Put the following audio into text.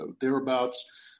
thereabouts